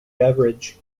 beverage